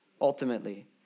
ultimately